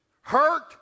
Hurt